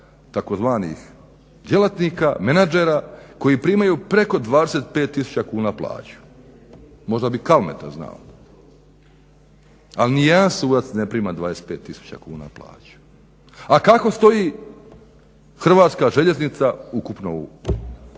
tzv. djelatnika, menadžera koji primaju preko 25000 plaću. Možda bi Kalmeta znao? Ali ni jedan sudac ne prima 25000 kuna plaću. A kako stoji Hrvatska željeznica ukupno?